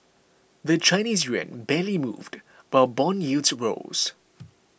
the Chinese yuan barely moved but bond yields rose